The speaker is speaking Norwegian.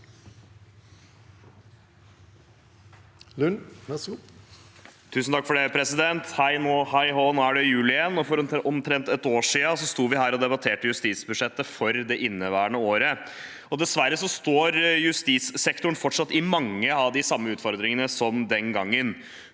(R) «Hei hå, nå er det jul igjen.» For omtrent et år siden sto vi her og debatterte justisbudsjettet for det inneværende året. Dessverre står justissektoren fortsatt i mange av de samme utfordringene som den gangen.